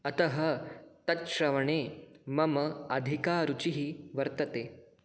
अतः तत् श्रवणे मम अधिका रुचिः वर्तते